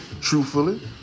truthfully